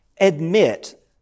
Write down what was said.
admit